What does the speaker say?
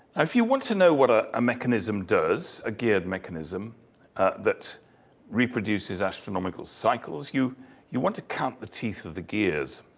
if you want to know what a ah mechanism does, a geared mechanism that reproduces astronomical cycles, you you want to count the teeth of the gears.